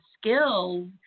skills